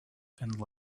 and